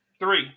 Three